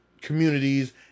communities